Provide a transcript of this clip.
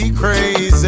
crazy